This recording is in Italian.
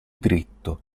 dritto